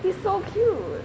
he's so cute